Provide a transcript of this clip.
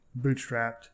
bootstrapped